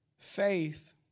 Faith